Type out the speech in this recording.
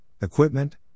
equipment